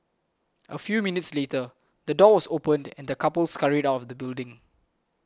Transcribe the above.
a few minutes later the door was opened and the couple scurried out the building